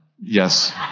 Yes